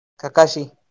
Kakashi